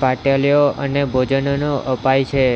પાટલીઓ અને ભોજનોનો અપાય છે